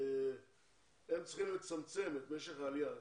הם צריכים לצמצם את משך העלייה.